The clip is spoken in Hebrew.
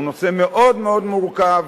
הוא נושא מאוד מאוד מורכב.